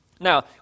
Now